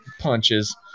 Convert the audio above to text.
Punches